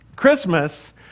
Christmas